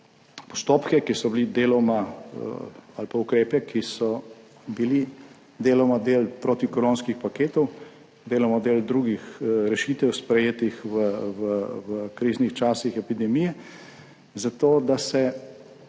postopke ali pa ukrepe, ki so bili deloma del protikoronskih paketov, deloma del drugih rešitev, sprejetih v kriznih časih epidemije zato, da se